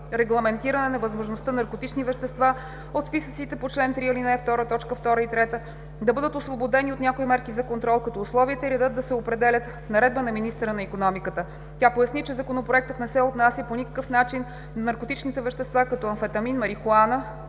регламентиране на възможността наркотични вещества от списъците по чл. 3, ал. 2, т. 2 и 3 да бъдат освободени от някои мерки за контрол, като условията и редът да се определят в наредба на министъра на икономиката. Тя поясни, че Законопроектът не се отнася по никакъв начин до наркотичните вещества като амфетамин, марихуана